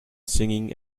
singing